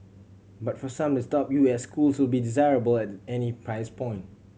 but for some the top U S schools will be desirable at any price point